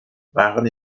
waren